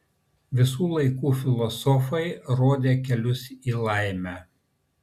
visų laikų filosofai rodė kelius į laimę